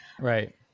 Right